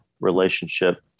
relationship